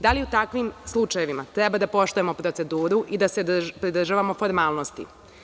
Da li u takvim slučajevima treba da poštujemo proceduru i da se pridržavamo formalnosti?